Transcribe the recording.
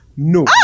No